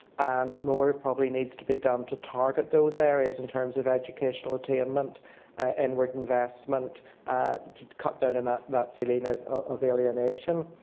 and more work probably needs to be done to target those areas in terms of education attainment and work investment to cut down on that that feeling of of alienation.